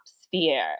sphere